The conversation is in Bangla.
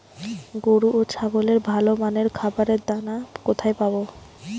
গরু ও ছাগলের ভালো মানের খাবারের দানা কোথায় পাবো?